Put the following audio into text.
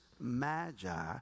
magi